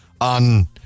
on